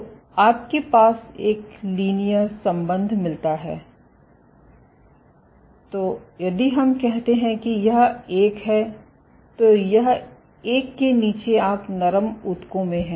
तो आपको एक लीनियर संबंध मिलता है तो यदि हम कहते है कि यह 1 है तो 1 के नीचे आप नरम ऊतकों में है